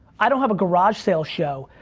i don't have a garage sale show.